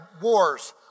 wars